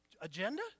agenda